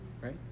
right